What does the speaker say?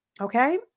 Okay